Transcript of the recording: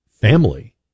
family